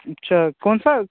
अच्छा कौन सा